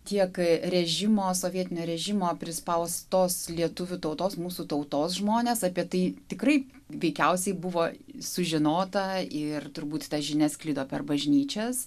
tiek režimo sovietinio režimo prispaustos lietuvių tautos mūsų tautos žmones apie tai tikrai veikiausiai buvo sužinota ir turbūt ta žinia sklido per bažnyčias